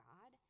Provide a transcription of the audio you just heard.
God